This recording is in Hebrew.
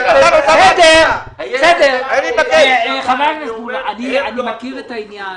--------- אני מכיר את העניין.